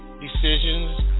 decisions